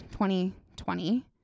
2020